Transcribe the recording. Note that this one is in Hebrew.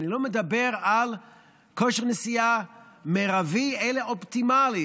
אני לא מדבר על כושר נשיאה מרבי אלא אופטימלי,